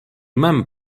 mem